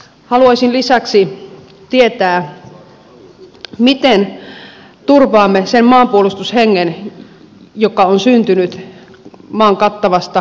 haluaisin lisäksi tietää miten turvaamme sen maanpuolustushengen joka on syntynyt maan kattavasta varuskuntaverkosta